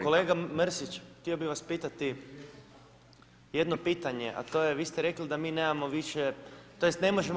Kolega Mrsić, htio bih vas pitati jedno pitanje, a to je, vi ste rekli da mi nemamo više, tj. ne možemo